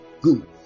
good